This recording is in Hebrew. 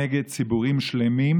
נגד ציבורים שלמים,